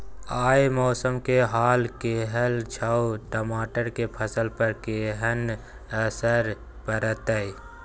आय मौसम के हाल केहन छै टमाटर के फसल पर केहन असर परतै?